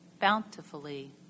bountifully